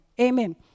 Amen